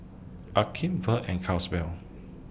Akeem Verl and Caswell